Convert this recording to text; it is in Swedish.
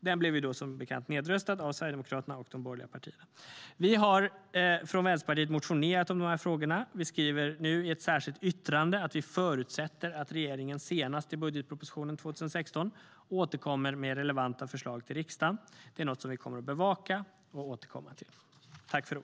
Den blev som bekant nedröstad av Sverigedemokraterna och de borgerliga partierna.